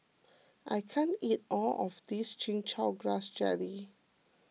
I can't eat all of this Chin Chow Grass Jelly